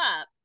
up